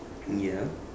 ya